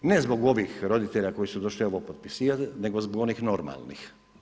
Ne zbog ovih roditelja koji su došli ovo potpisivati nego zbog onih normalnih.